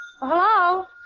Hello